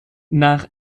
nach